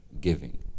Giving